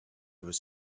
was